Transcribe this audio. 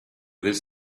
this